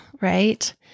Right